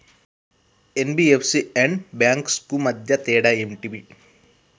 NBFC and banks కు మధ్య తేడా ఏంటిది?